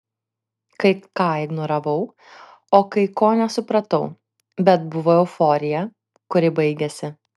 kai ką ignoravau o kai ko nesupratau bet buvo euforija kuri baigėsi